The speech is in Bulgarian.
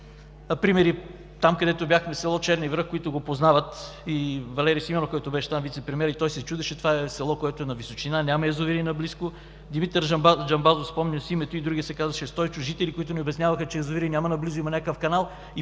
Примери – там, където бяхме в село Черни връх, които го познават, и вицепремиерът Валери Симеонов, който беше там, и той се чудеше, това е село, което е на височина, няма язовири наблизо. Димитър Джамбазов, спомням си името, и другият се казваше Стойчо – жители, които ни обясняваха, че язовири няма наблизо, има някакъв канал